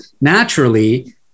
naturally